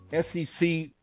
SEC